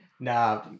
Nah